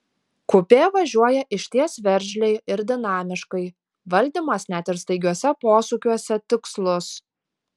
kupė važiuoja išties veržliai ir dinamiškai valdymas net ir staigiuose posūkiuose tikslus